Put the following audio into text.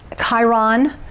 Chiron